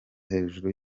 hejuru